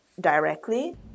directly